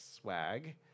Swag